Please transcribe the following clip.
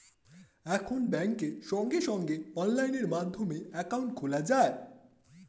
এখন ব্যাংকে সঙ্গে সঙ্গে অনলাইন মাধ্যমে অ্যাকাউন্ট খোলা যায়